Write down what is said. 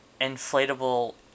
inflatable